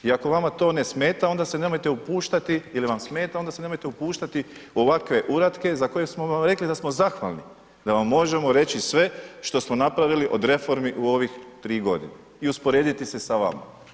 I ako vama to ne smeta onda se nemojte upuštati ili vam smeta onda se nemojte upuštati u ovakve uratke za koje smo vam rekli da smo zahvalni, da vam možemo reći sve što smo napravili od reformi u ovih 3 godine i usporediti se sa vama.